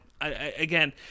again